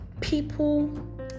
people